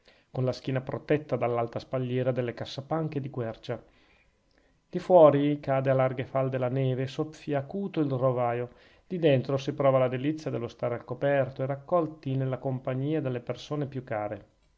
con la schiena protetta dall'alta spalliera delle cassapanche di quercia di fuori cade a larghe falde la neve e soffia acuto il rovaio di dentro si prova la delizia dello stare al coperto e raccolti nella compagnia delle persone più care